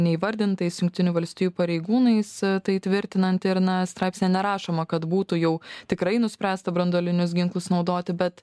neįvardintais jungtinių valstijų pareigūnais tai tvirtinantį ir na straipsnyje nerašoma kad būtų jau tikrai nuspręsta branduolinius ginklus naudoti bet